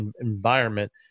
environment